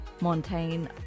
Montaigne